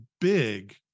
big